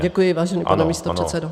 Děkuji, vážený pane místopředsedo.